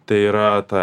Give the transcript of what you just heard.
tai yra ta